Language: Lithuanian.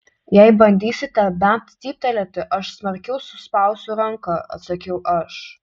jei bandysite bent cyptelėti aš smarkiau suspausiu ranką atsakiau aš